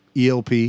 ELP